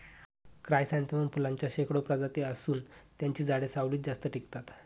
chrysanthemum फुलांच्या शेकडो प्रजाती असून त्यांची झाडे सावलीत जास्त टिकतात